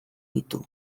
ditu